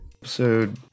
Episode